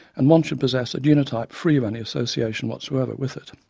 and one should possess a genotype free of any association whatsoever with it.